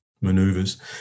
maneuvers